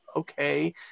Okay